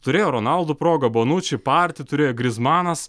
turėjo ronaldo progą bonuči parti turėjo grizmanas